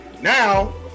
Now